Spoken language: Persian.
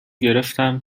گرفتم